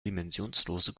dimensionslose